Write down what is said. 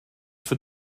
for